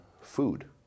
food